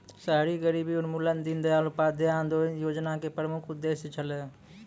शहरी गरीबी उन्मूलन दीनदयाल उपाध्याय अन्त्योदय योजना र प्रमुख उद्देश्य छलै